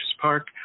park